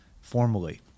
formally